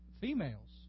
Females